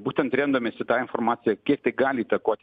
būtent remdamiesi ta informacija kiek tai gali įtakoti